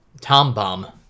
tom-bomb